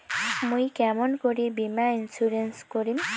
মুই কেমন করি বীমা ইন্সুরেন্স করিম?